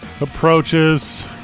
approaches